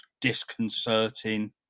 disconcerting